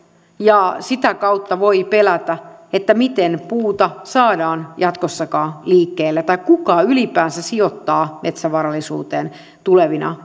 ja sitä kautta voi pelätä että miten puuta saadaan jatkossakaan liikkeelle tai kuka ylipäänsä sijoittaa metsävarallisuuteen tulevina